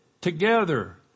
together